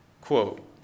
Quote